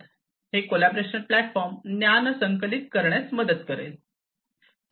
हे collaboration platform ज्ञान संकलित करण्यात मदत करेल